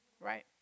right